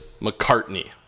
McCartney